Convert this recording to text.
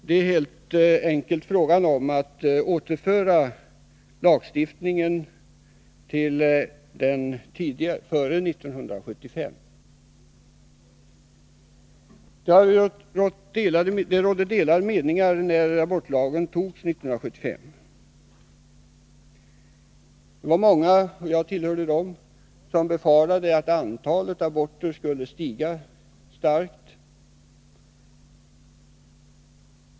Det är helt enkelt fråga om att återföra lagstiftningen till vad som gällde före 1975. Det rådde delade meningar när abortlagen antogs 1975. Många befarade — och jag tillhörde dem — att antalet aborter skulle stiga starkt.